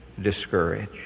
discouraged